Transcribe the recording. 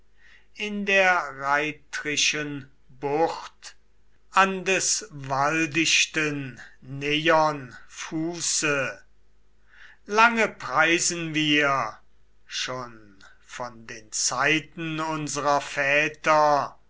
in der reithrischen bucht an des waldichten neion fuße lange preisen wir schon von den zeiten unserer väter